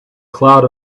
cloud